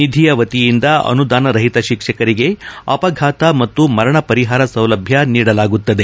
ನಿಧಿಯ ವತಿಯಿಂದ ಅನುದಾನರಹಿತ ಶಿಕ್ಷಕರಿಗೆ ಅಪಘಾತ ಮತ್ತು ಮರಣ ಪರಿಹಾರ ಸೌಲಭ್ಯ ನೀಡಲಾಗುತ್ತದೆ